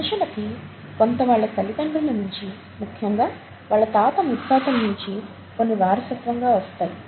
మనుషులకి కొంత వాళ్ళ తల్లితండ్రుల నించి ముఖ్యంగా వాళ్ళ తాతముత్తాతల నించి కొన్ని వారసత్వంగా వస్తాయి